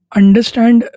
understand